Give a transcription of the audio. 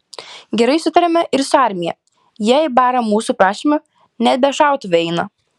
gerai sutariame ir su armija jie į barą mūsų prašymu net be šautuvų eina